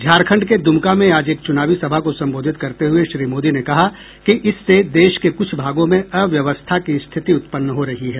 झारखंड के दुमका में आज एक चुनावी सभा को संबोधित करते हुए श्री मोदी ने कहा कि इससे देश के कुछ भागों में अव्यवस्था की स्थिति उत्पन्न हो रही है